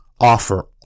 offer